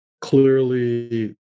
clearly